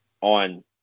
on